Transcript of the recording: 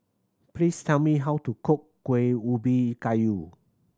please tell me how to cook Kuih Ubi Kayu